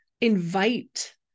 invite